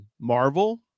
Marvel